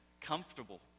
comfortable